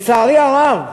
לצערי הרב,